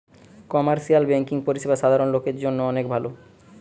commercial banking পরিষেবা সাধারণ লোকের জন্য অনেক ভালো